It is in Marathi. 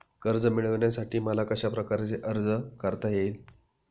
कर्ज मिळविण्यासाठी मला कशाप्रकारे अर्ज करता येईल?